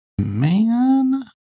man